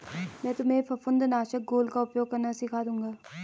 मैं तुम्हें फफूंद नाशक घोल का उपयोग करना सिखा दूंगा